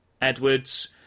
Edwards